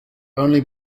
only